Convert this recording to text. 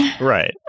Right